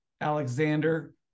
Alexander